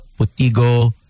Putigo